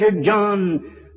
John